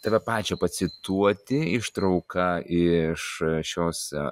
tave pačią pacituoti ištrauką iš šios